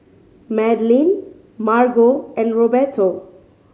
Madlyn Margo and Roberto